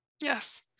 Yes